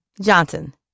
Johnson